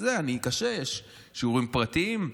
למי שמתקשה מוצעים שיעורים פרטיים.